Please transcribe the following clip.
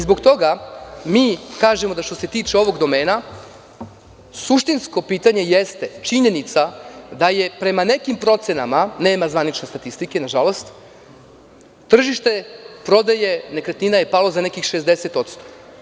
Zbog toga mi kažemo, što se tiče ovog domena, suštinsko pitanje jeste činjenica da je prema nekim procenama, nema zvanične statistike, nažalost, tržište nekretnina je palo za nekih 60%